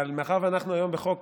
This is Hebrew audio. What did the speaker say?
אבל מאחר שאנחנו היום עם חוק